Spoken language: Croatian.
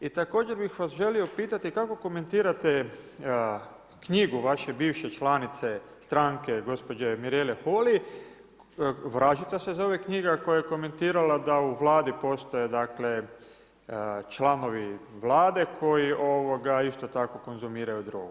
I također bi želio pitati, kak komentirate knjigu vaše bivše članice, stranke, gospođe Mirele Holy „Vražica“ se zove knjiga, koja je komentirala da u Vladi postoje dakle, članovi Vlade, koji isto tako konzumiraju drogu.